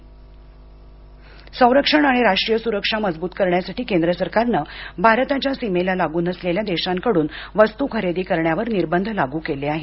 संरक्षण संरक्षण आणि राष्ट्रीय सुरक्षा मजबूत करण्यासाठी केंद्र सरकारनं भारताच्या सीमेला लागून असलेल्या देशांकडून वस्तू खरेदी करण्यावर निर्बंध लागू केले आहेत